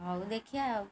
ହଉ ଦେଖିବା ଆଉ